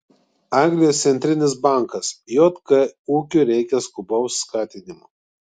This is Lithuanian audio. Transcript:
anglijos centrinis bankas jk ūkiui reikia skubaus skatinimo